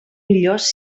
millors